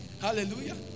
Hallelujah